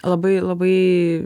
labai labai